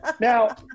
Now